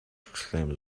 exclaimed